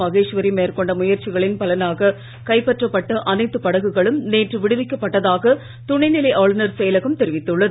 மகேஸ்வாி மேற்கொண்ட முயற்சிகளின் பலனாக கைப்பற்றப்பட்ட அனைத்து படகுகளும் நேற்று விடுவிக்கப்பட்டதாக துணை நிலை ஆளுநர் செயலகம் தொிவித்துள்ளது